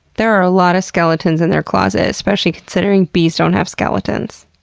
there are a lot of skeletons in their closets. especially considering bees don't have skeletons.